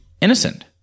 innocent